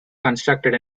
constructed